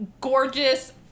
gorgeous